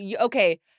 Okay